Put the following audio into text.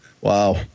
Wow